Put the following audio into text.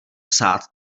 psát